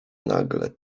nagle